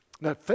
Now